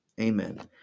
Amen